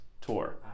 tour